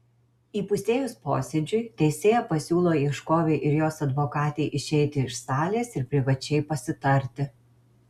įpusėjus posėdžiui teisėja pasiūlo ieškovei ir jos advokatei išeiti iš salės ir privačiai pasitarti